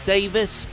Davis